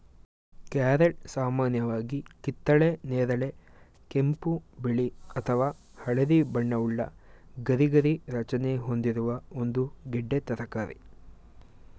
carrot ಸಾಮಾನ್ಯವಾಗಿ ಕಿತ್ತಳೆ ನೇರಳೆ ಕೆಂಪು ಬಿಳಿ ಅಥವಾ ಹಳದಿ ಬಣ್ಣವುಳ್ಳ ಗರಿಗರಿ ರಚನೆ ಹೊಂದಿರುವ ಒಂದು ಗೆಡ್ಡೆ ತರಕಾರಿ